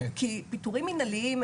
כי פיטורים מנהליים,